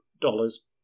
dollars